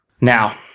Now